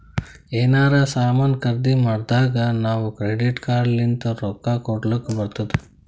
ಎನಾರೇ ಸಾಮಾನ್ ಖರ್ದಿ ಮಾಡ್ದಾಗ್ ನಾವ್ ಕ್ರೆಡಿಟ್ ಕಾರ್ಡ್ ಲಿಂತ್ ರೊಕ್ಕಾ ಕೊಡ್ಲಕ್ ಬರ್ತುದ್